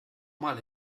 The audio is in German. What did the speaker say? mal